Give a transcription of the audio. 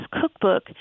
cookbook